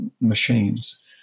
machines